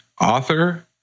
author